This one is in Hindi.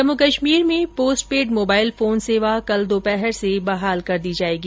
जम्मू कश्मीर में पोस्टपेड मोबाइल फोन सेवा कल दोपहर से बहाल कर दी जाएगी